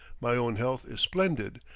my own health is splendid,